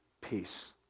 peace